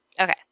Okay